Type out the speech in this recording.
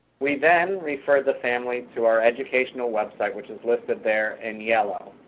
we then referred the families to our educational website, which is listed there in yellow,